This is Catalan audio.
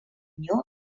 pinyó